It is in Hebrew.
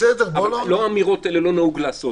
אבל לא אמירות כאלה "לא נהוג לעשות".